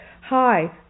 Hi